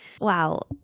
Wow